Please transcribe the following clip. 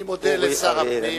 אני מודה לשר הפנים.